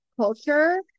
culture